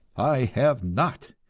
i have not,